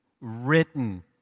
written